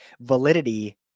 validity